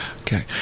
Okay